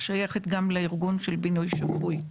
שייכת גם לארגון של בינוי שפוי.